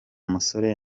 musore